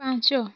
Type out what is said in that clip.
ପାଞ୍ଚ